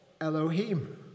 Elohim